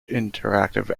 interactive